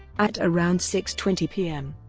at around six twenty p m.